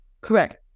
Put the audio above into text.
Correct